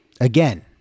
Again